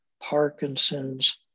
Parkinson's